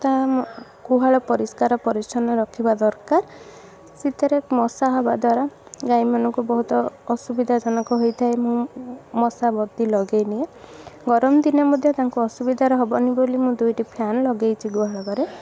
ତା ଗୁହାଳ ପରିଷ୍କାର ପରିଚ୍ଛନ୍ନ ରଖିବା ଦରକାର ସେଥିରେ ମଶା ହେବା ଦ୍ୱାରା ଗାଈମାନଙ୍କୁ ବହୁତ ଅସୁବିଧାଜନକ ହୋଇଥାଏ ମୁଁ ମଶାବତୀ ଲଗେଇନିଏ ଗରମ ଦିନରେ ମଧ୍ୟ ତାଙ୍କୁ ଅସୁବିଧା ହେବନି ବୋଲି ମୁଁ ଦୁଇଟି ଫ୍ୟାନ୍ ଲଗେଇଛି ଗୁହାଳ ଘରେ